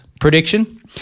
prediction